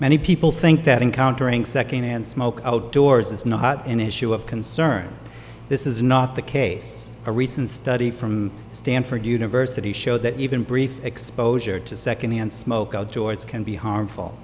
many people think that encountering secondhand smoke outdoors is not an issue of concern this is not the case a recent study from stanford university show that even brief exposure to second hand smoke outdoors can be harmful